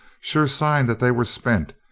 sure sign that they were spent,